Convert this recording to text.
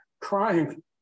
crying